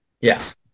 Yes